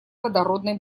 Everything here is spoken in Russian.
водородной